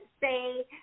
say